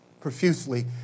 profusely